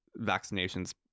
vaccinations